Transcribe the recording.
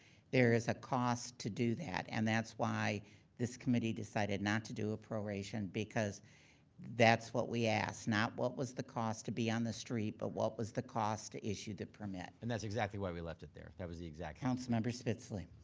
there is a cost to do that. and that's why this committee decided not to do a proration. because that's what we asked. not what was the cost to be on the street, but what was the cost to issue the permit? and that's exactly why we left it there. that was the exact councilmember spitzley.